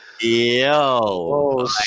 Yo